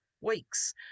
weeks